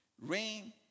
rain